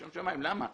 בשם שמים, למה?